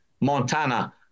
Montana